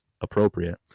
appropriate